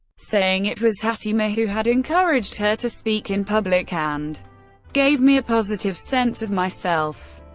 saying it was hattie mae who had encouraged her to speak in public and gave me a positive sense of myself.